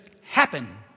happen